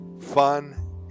fun